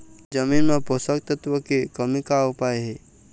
जमीन म पोषकतत्व के कमी का उपाय हे?